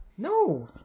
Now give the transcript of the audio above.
No